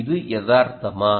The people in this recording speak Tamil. இது யதார்த்தமா